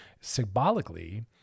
symbolically